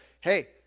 hey